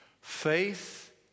Faith